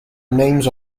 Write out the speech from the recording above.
names